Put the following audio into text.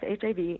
HIV